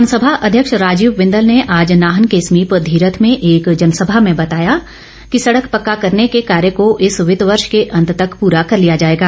विधानसभा अध्यक्ष राजीव बिंदल ने आज नाहन के समीप धीरथ में एक जनसभा में बताया कि सडक पक्का करने के कार्य को इस वित्त वर्ष के अंत तक पूरा कर लिया जाएगा